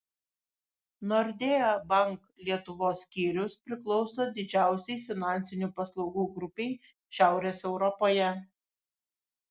nordea bank lietuvos skyrius priklauso didžiausiai finansinių paslaugų grupei šiaurės europoje